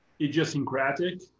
idiosyncratic